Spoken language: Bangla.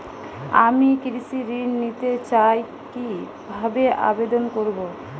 আমি কৃষি ঋণ নিতে চাই কি ভাবে আবেদন করব?